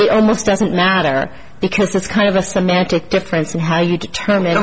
it almost doesn't matter because it's kind of a schematic difference of how you determine